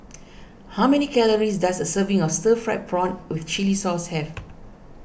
how many calories does a serving of Stir Fried Prawn with Chili Sauce have